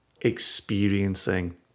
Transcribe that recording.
experiencing